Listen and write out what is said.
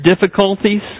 difficulties